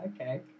okay